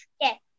yes